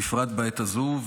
בפרט בעת הזאת,